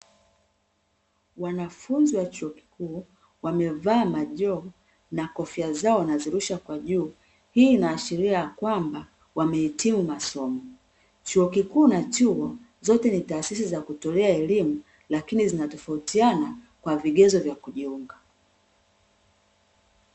Wanafunzi wa chuo kikuu wamevaa majoho na kofia zao wanazirusha kwa juu, hii inaashiria ya kwamba wamehitimu masomo. Chuo kikuu na chuo, zote ni taasisi za kutolea elimu lakini zinatofautiana kwa vigezo vya kujiunga.